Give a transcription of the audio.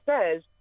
says